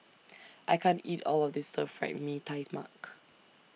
I can't eat All of This Stir Fried Mee Tai Mak